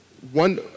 One